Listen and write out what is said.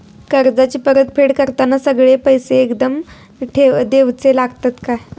कर्जाची परत फेड करताना सगळे पैसे एकदम देवचे लागतत काय?